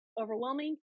Overwhelming